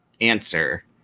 answer